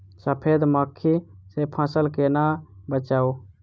सफेद मक्खी सँ फसल केना बचाऊ?